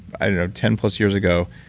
i don't know, ten plus years ago.